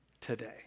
today